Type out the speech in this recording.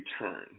return